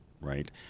right